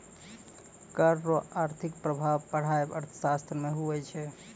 कर रो आर्थिक प्रभाब पढ़ाय अर्थशास्त्र मे हुवै छै